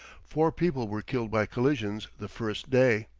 four people were killed by collisions the first day.